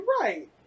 right